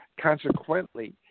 Consequently